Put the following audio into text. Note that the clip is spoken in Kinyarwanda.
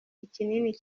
ikinini